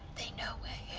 they know we're